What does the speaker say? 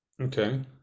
Okay